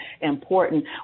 important